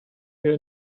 your